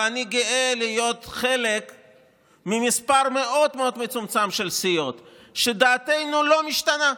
ואני גאה להיות חלק ממספר מאוד מאוד מצומצם של סיעות שדעתן לא משתנה.